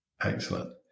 Excellent